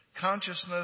Consciousness